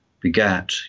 begat